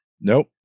Nope